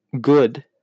good